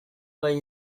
bai